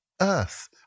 earth